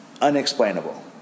Unexplainable